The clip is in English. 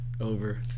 Over